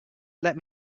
let